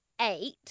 eight